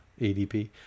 ADP